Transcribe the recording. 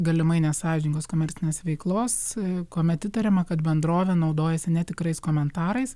galimai nesąžiningos komercinės veiklos kuomet įtariama kad bendrovė naudojasi netikrais komentarais